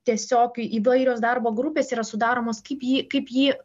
tiesiog įvairios darbo grupės yra sudaromos kaip jį kaip jį